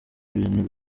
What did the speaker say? bintu